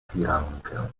firankę